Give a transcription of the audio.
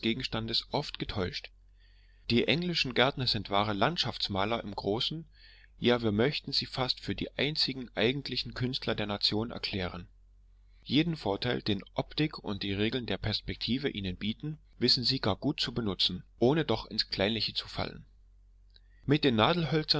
gegenstandes oft getäuscht die englischen gärtner sind wahre landschaftsmaler im großen ja wir möchten sie fast für die einzigen eigentlichen künstler der nation erklären jeden vorteil den optik und die regeln der perspektive ihnen darbieten wissen sie gar gut zu benutzen ohne doch ins kleinliche zu fallen mit den nadelhölzern